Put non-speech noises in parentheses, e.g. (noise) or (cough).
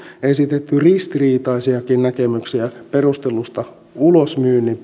esitetty ristiriitaisiakin näkemyksiä perustellusta ulosmyynnin (unintelligible)